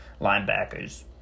linebackers